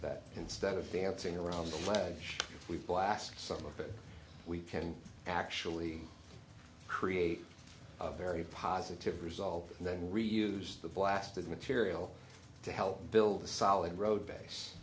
that instead of dancing around the ledge we blast some of it we can actually create a very positive result and then reuse the blasted material to help build a solid road base